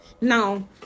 Now